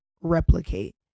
replicate